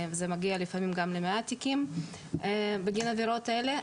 וזה מגיע לפעמים גם למאה תיקים בגין העבירות האלה.